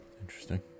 Interesting